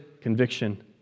conviction